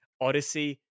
Odyssey